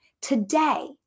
today